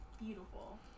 Beautiful